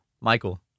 Michael